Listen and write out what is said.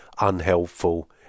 unhelpful